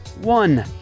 one